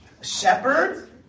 Shepherd